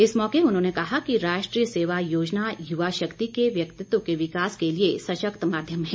इस मौक उन्होंने कहा कि राष्ट्रीय सेवा योजना युवा शक्ति के व्यक्तित्व के विकास के लिए सशक्त माध्यम है